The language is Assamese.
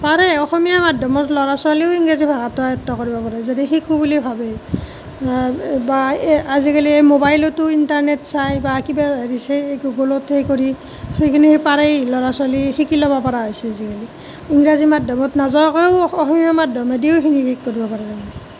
পাৰে অসমীয়া মাধ্যমত ল'ৰা ছোৱালীও ইংৰাজী ভাষাটো আয়ত্ব কৰিব পাৰে যদি শিকোঁ বুলি ভাবে বা আজিকালি এই মোবাইলতো ইণ্টাৰনেট চাই বা কিবা হেৰি চাই গুগুলত হেৰি কৰি ছ' এইখিনি পাৰেই ল'ৰা ছোৱালী শিকি ল'ব পৰা হৈছে আজিকালি ইংৰাজী মাধ্যমত নোযোৱাকৈয়ো অসমীয়া মাধ্যমেদিও সেইখিনি শিকিব পাৰে